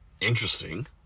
interesting